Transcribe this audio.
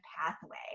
pathway